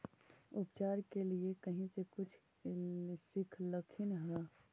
उपचार के लीये कहीं से कुछ सिखलखिन हा?